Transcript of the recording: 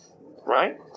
right